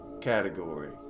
category